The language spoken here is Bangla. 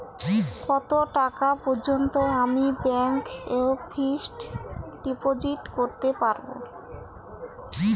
কত টাকা পর্যন্ত আমি ব্যাংক এ ফিক্সড ডিপোজিট করতে পারবো?